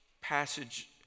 passage